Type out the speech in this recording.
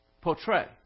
portray